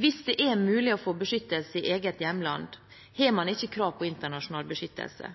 Hvis det er mulig å få beskyttelse i eget hjemland, har man